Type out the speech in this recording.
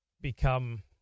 become